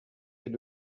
est